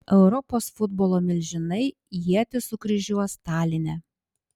europos futbolo milžinai ietis sukryžiuos taline